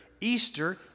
Easter